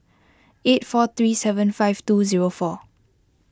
eight four three seven five two zero four